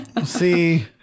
See